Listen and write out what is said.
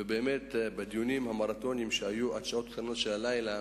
ובאמת בדיונים המרתוניים שהיו עד השעות הקטנות של הלילה